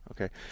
okay